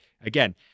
again